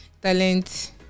talent